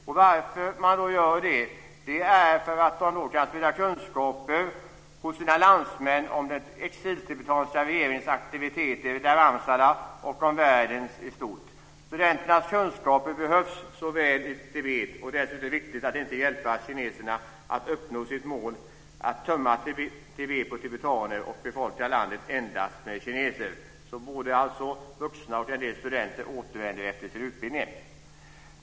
Anledningen till att man gör det är att man då kan sprida kunskaper hos sina landsmän om den exiltibetanska regeringens aktiviteter i Dharmshala och om världen i stort. Studenternas kunskaper behövs så väl i Tibet. Dessutom är det viktigt att inte hjälpa kineserna att uppnå sitt mål - att tömma Tibet på tibetaner och befolka landet med endast kineser. Både vuxna och en del studenter återvänder alltså efter sin utbildning.